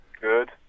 Good